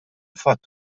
fatt